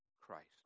Christ